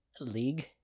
League